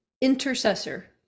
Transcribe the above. intercessor